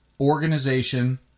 organization